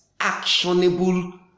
actionable